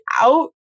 out